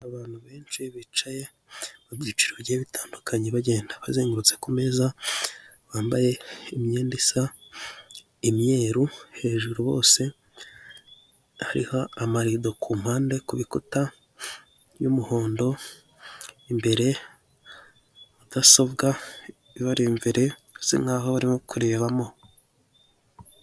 Abantu benshi bicaye mu byiciro bitandukanye bagenda bazengurutse ku meza bambaye imyenda isa imyeru hejuru bose hariho amarido kumpande kurukuta y'umuhondo imbere mudasobwa ibari imberesa nkaho barimo kurebamo.